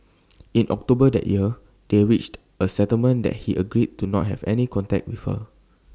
in October that year they reached A settlement that he agreed not to have any contact with her